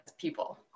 people